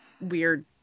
weird